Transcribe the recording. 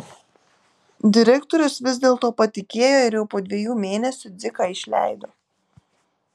direktorius vis dėl to patikėjo ir jau po dviejų mėnesių dziką išleido